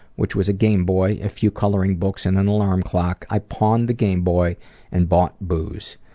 which was a game boy, a few coloring books, and an alarm clock. i pawned the game boy and bought booze.